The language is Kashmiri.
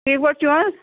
ٹھیٖک پٲٹھۍ چھِو حظ